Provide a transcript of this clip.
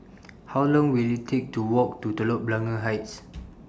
How Long Will IT Take to Walk to Telok Blangah Heights